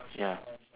ya